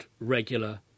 regular